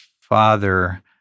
father